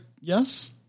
Yes